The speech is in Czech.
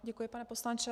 Děkuji, pane poslanče.